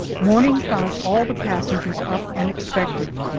morning found all the passengers up and expectant.